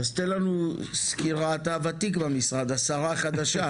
אתה ותיק במשרד, השרה חדש?